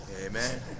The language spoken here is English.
amen